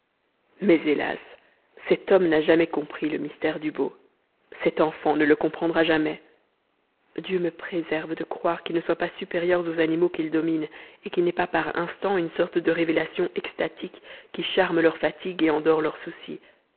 mais hélas cet homme n'a jamais compris le mystère du beau cet enfant ne le comprendra jamais dieu me préserve de croire qu'ils ne soient pas supérieurs aux animaux qu'ils dominent et qu'ils n'aient pas par instants une sorte de révélation extatique qui charme leur fatigue et endort leurs soucis